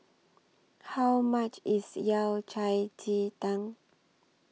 How much IS Yao Cai Ji Tang